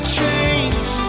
change